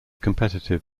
competitive